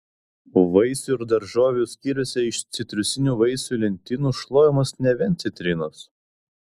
vaisių ir daržovių skyriuose iš citrusinių vaisių lentynų šluojamos ne vien citrinos